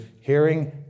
hearing